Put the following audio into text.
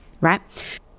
right